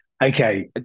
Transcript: Okay